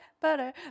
butter